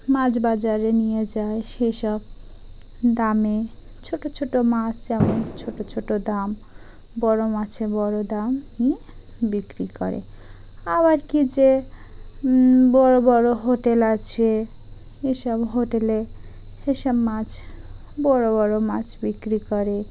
মাছ বাজারে নিয়ে যায় সেসব দামে ছোটো ছোটো মাছ যেমন ছোটো ছোটো দাম বড়ো মাছে বড়ো দাম নিয়ে বিক্রি করে আবার কি যে বড়ো বড়ো হোটেল আছে এসব হোটেলে সেসব মাছ বড়ো বড়ো মাছ বিক্রি করে